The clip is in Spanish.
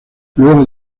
luego